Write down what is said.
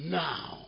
now